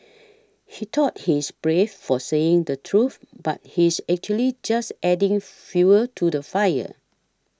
he thought he is brave for saying the truth but he is actually just adding fuel to the fire